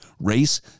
race